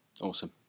awesome